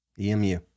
EMU